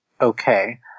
okay